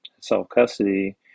self-custody